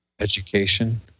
Education